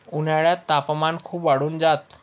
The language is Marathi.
उन्हाळ्यात तापमान खूप वाढून जात